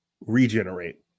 regenerate